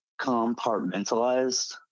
compartmentalized